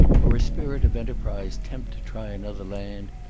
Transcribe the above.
or a spirit of enterprise tempt to try another land,